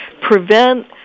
prevent